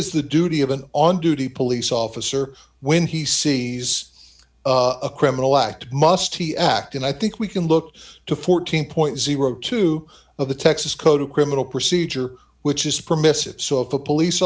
is the duty of an on duty police officer when he sees a criminal act must he act and i think we can look to fourteen point zero two of the texas code of criminal procedure which is permissive so if a police